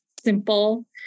simple